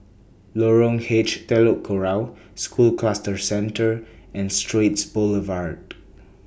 Lorong H Telok Kurau School Cluster Centre and Straits Boulevard